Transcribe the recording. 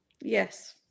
Yes